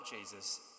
Jesus